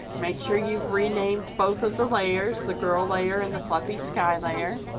make sure you've renamed both of the layers, the girl layer and the fluffy sky layer.